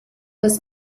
was